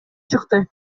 чыкты